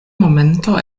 momento